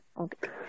okay